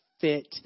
fit